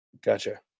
Gotcha